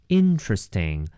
interesting